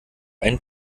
ein